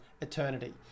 eternity